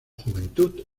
juventud